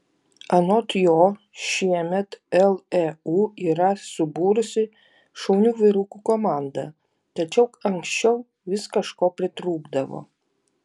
anot jo šiemet leu yra subūrusi šaunių vyrukų komandą tačiau anksčiau vis kažko pritrūkdavo